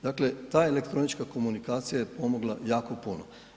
Dakle, ta elektronička komunikacija je pomogla jako puno.